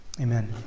amen